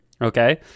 okay